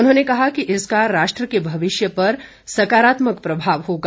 उन्होंने कहा कि इसका राष्ट्र के भविष्य पर सकारात्मक प्रभाव होगा